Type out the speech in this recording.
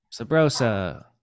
Sabrosa